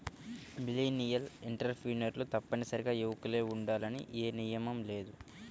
millennial ఎంటర్ప్రెన్యూర్లు తప్పనిసరిగా యువకులే ఉండాలని ఏమీ నియమం లేదు